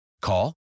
Call